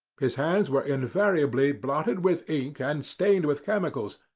his hands were invariably blotted with ink and stained with chemicals,